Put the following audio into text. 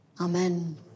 Amen